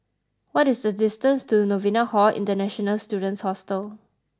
what is the distance to Novena Hall International Students Hostel